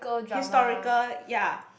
historical ya